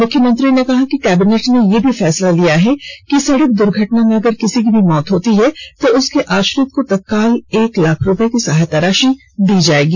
मुख्यमंत्री ने कहा कि कैबिनेट ने यह भी फैसला लिया है कि सड़क दुर्घटना में अगर किसी की मौत होती है तो उसके आश्रित को तत्काल एक लाख रुपये की सहायता राशि दी जाएगी